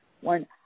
one